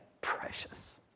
precious